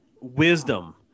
wisdom